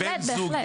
בהחלט.